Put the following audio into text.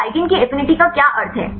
तो लिगेंड की एफिनिटी का क्या अर्थ है